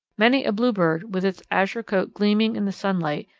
many a bluebird, with its azure coat gleaming in the sunlight,